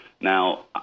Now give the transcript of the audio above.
Now